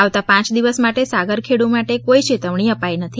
આવતા પાંચ દિવસ માટે સાગરખેડ ને કોઈ ચેતવણી અપાઈ નથી